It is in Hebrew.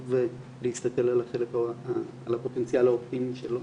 כדי להסתכל על הפוטנציאל האופטימי שלו.